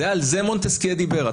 על זה מונטסקייה דיבר.